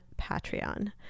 Patreon